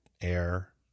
Air